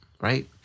right